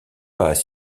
pas